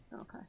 Okay